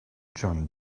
john